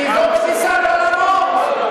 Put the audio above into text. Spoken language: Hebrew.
כי זו תפיסת עולמו.